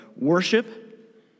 worship